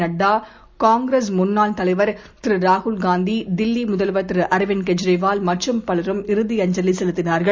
நட்டா காங்கிரஸ்முன்னாள்தலைவர்ராகுல்காந்தி டெல்லிமுதல்வர்அரவிந்த்கெஜ்ரிவால்மற்றும்பலரும்இறு திஅஞ்சலிசெலுத்தினார்கள்